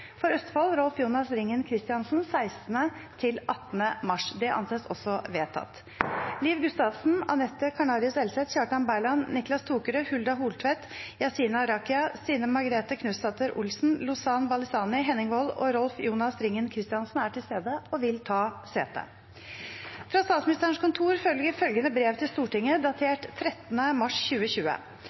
For Østfold: Rolf-Jonas Ringen Kristiansen 16.–18. Mars Liv Gustavsen, Anette Carnarius Elseth, Kjartan Berland, Niclas Tokerud, Hulda Holtvedt, Yassine Arakia, Stine Margrethe Knutsdatter Olsen, Lozan Balisany, Henning Wold og Rolf-Jonas Ringen Kristiansen er til stede og vil ta sete. Fra Statsministerens kontor foreligger følgende brev til Stortinget, datert 13. mars 2020: